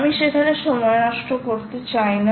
আমি সেখানে সময় নষ্ট করতে চাই না